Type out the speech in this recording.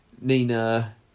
Nina